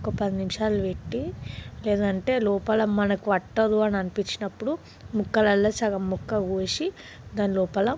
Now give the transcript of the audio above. ఒక పదినిమిషాలు పెట్టి లేదంటే లోపల మనకు అంటదు అని అనిపించినపుడు ముక్కల్లో సగం ముక్క కోసి దాని లోపల